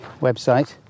website